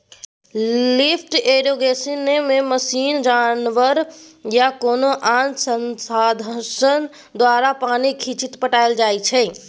lift इरिगेशनमे machine, जानबर या कोनो आन साधंश द्वारा पानि घीचि पटाएल जाइ छै